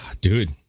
dude